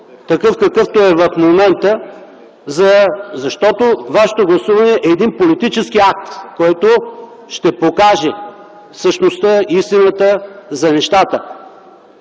такъв, какъвто е в момента. Защото вашето гласуване е един политически акт, който ще покаже същността, истината за нещата.